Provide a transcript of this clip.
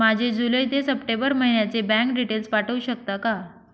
माझे जुलै ते सप्टेंबर महिन्याचे बँक डिटेल्स पाठवू शकता का?